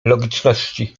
logiczności